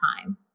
time